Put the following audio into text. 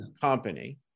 company